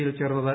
യിൽ ചേർന്നത്